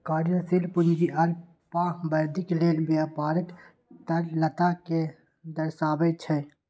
कार्यशील पूंजी अल्पावधिक लेल व्यापारक तरलता कें दर्शाबै छै